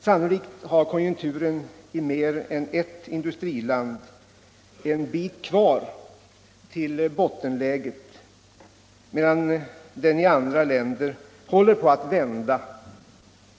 Sannolikt har konjunkturen i mer än ett industriland en bit kvar till bottenläget, medan den i andra länder håller på att vända.